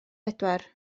bedwar